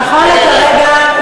נכון לכרגע,